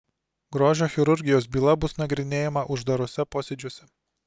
grožio chirurgijos byla bus nagrinėjama uždaruose posėdžiuose